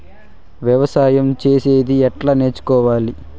వ్యవసాయం చేసేది ఎట్లా నేర్చుకోవాలి?